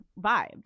vibed